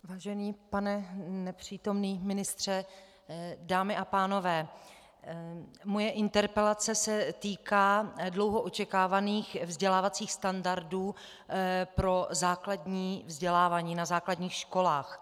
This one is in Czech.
Vážený pane nepřítomný ministře, dámy a pánové, moje interpelace se týká dlouho očekávaných vzdělávacích standardů pro vzdělávání na základních školách.